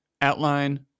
outline